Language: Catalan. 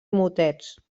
motets